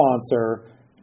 sponsor